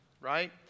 right